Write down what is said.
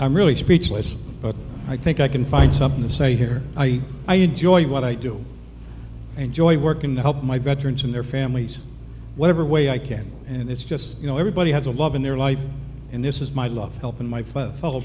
i'm really speechless but i think i can find something to say here i enjoy what i do enjoy working to help my veterans and their families whatever way i can and it's just you know everybody has a love in their life and this is my love helping my